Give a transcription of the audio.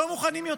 לא מוכנים יותר.